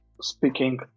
speaking